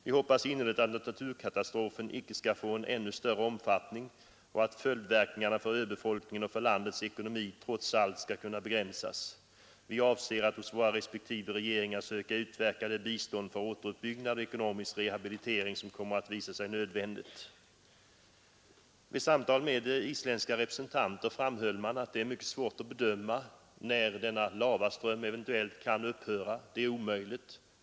Vi hoppas innerligt att naturkatastrofen icke skall få en ännu större omfattning och att följdverkningarna för öbefolkningen och för landets ekonomi trots allt skall kunna begränsas. Vi avser att hos våra respektive regeringar söka utverka det bistånd för återuppbyggnad och ekonomisk rehabilitering, som kommer att visa sig nödvändigt.” Vid samtal med isländska representanter framhölls att det är mycket svårt, för att inte säga omöjligt, att bedöma när lavaströmmen eventuellt kan upphöra.